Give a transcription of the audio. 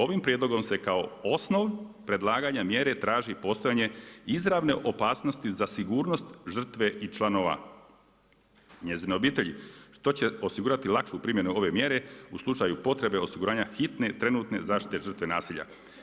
Ovim prijedlogom se kao osnov predlaganja mjere traži postojanje izravne opasnosti za sigurnost žrtve i članova njezine obitelji, što će osigurati lakšu primjenu ove mjere u slučaju potrebe osiguranja hitne, trenutne zaštite žrtve nasilja.